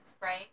right